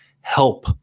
help